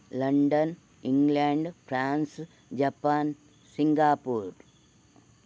London England France Japan Singapore